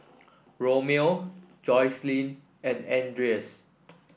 Romeo Jocelyn and Andreas